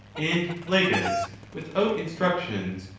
and legates without instructions,